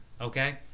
okay